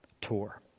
tour